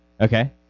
Okay